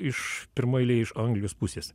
iš pirmaeiliai iš anglijos pusės